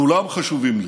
כולם חשובים לי: